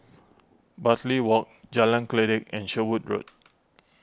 Bartley Walk Jalan Kledek and Sherwood Road